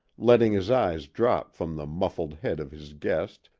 letting his eyes drop from the muffled head of his guest,